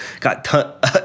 got